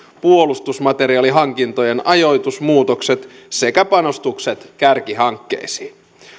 puolustusmateriaalihankintojen ajoitusmuutokset sekä panostukset kärkihankkeisiin